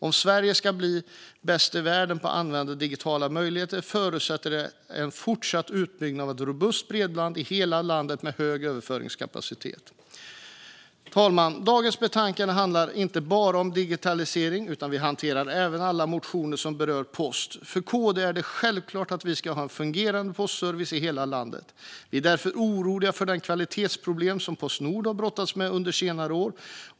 Om Sverige ska bli bäst i världen på att använda digitala möjligheter förutsätter det en fortsatt utbyggnad av robust bredband med hög överföringskapacitet i hela landet. Fru talman! Dagens betänkande handlar inte bara om digitalisering, utan där hanteras även alla motioner som berör post. För KD är det självklart att vi ska ha en fungerande postservice i hela landet. Vi är därför oroliga för de kvalitetsproblem som Postnord har brottats med under senare år.